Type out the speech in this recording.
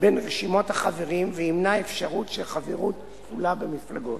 בין רשימות החברים וימנע אפשרות של חברות כפולה במפלגות.